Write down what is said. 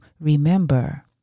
remember